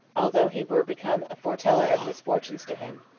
although he were become a foreteller of misfortunes to him,